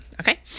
Okay